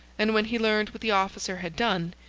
and when he learned what the officer had done,